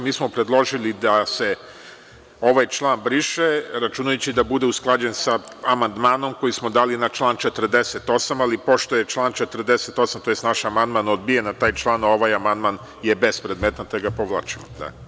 Mi smo predložili da se ovaj član briše, računajući da bude usklađen sa amandmanom koji smo dali na član 48, ali pošto je član 48, tj naš amandman odbijen na taj član, a ovaj amandman je bespredmetan, te ga povlačimo.